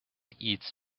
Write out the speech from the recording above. eats